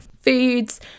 foods